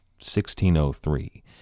1603